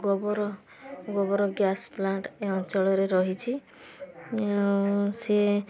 ଗୋବର ଗୋବର gas plant ଏ ଅଞ୍ଚଳରେ ରହିଛି ସିଏ